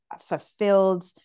fulfilled